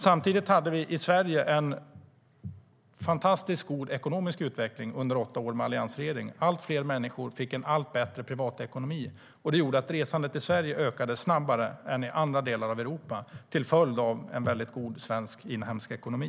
Samtidigt hade vi i Sverige en fantastiskt god ekonomisk utveckling under åtta år med alliansregeringen. Allt fler människor fick en allt bättre privatekonomi. Resandet i Sverige ökade snabbare än i andra delar av Europa till följd av en mycket god inhemsk svensk ekonomi.